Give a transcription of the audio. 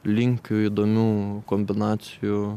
linkių įdomių kombinacijų